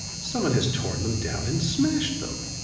someone has torn them down and smashed them.